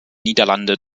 niederlande